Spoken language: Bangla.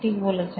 ঠিক বলেছেন